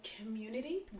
Community